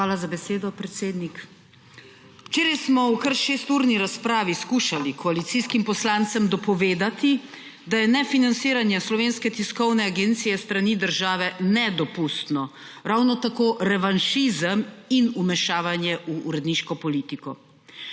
Hvala za besedo, predsednik. Včeraj smo v kar šesturni razpravi skušali koalicijskim poslancem dopovedati, da je nefinanciranje Slovenske tiskovne agencije s strani države nedopustno, ravno tako revanšizem in vmešavanje v uredniško politiko.